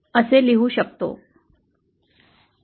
वर हा V square